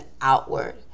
outward